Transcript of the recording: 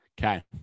Okay